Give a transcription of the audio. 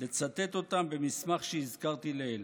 לצטט אותם במסמך שהזכרתי לעיל.